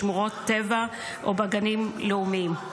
בשמורות טבע או בגנים לאומיים.